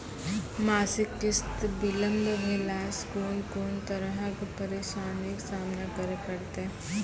मासिक किस्त बिलम्ब भेलासॅ कून कून तरहक परेशानीक सामना करे परतै?